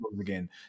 again